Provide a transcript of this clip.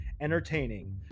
entertaining